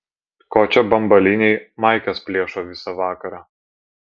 ko čia bambaliniai maikes plėšo visą vakarą